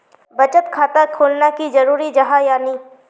बचत खाता खोलना की जरूरी जाहा या नी?